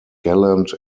gallant